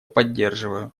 поддерживаю